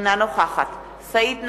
אינה נוכחת סעיד נפאע,